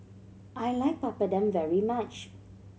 I like Papadum very much